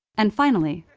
and finally,